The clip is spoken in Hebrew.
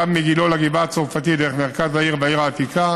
קו מגילה לגבעה הצרפתית דרך מרכז העיר והעיר העתיקה,